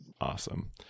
awesome